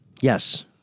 Yes